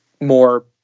more